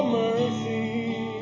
mercy